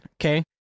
okay